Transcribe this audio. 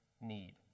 need